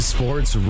Sports